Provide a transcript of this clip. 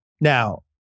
Now